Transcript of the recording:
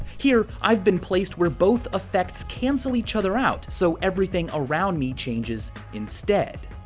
here i've been placed where both effects cancel each other out, so everything around me changes instead.